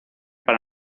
para